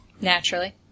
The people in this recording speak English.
Naturally